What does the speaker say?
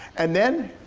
and then,